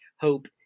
hope